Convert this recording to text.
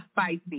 spicy